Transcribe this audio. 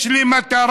יש לי מטרה,